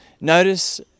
Notice